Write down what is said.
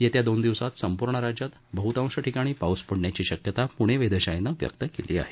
येत्या दोन दिवसांत संपूर्ण राज्यात बहतांश ठिकाणी पाऊस पडण्याची शक्यता प्णे वेधशाळेनं व्यक्त केली आहे